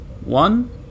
one